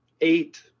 eight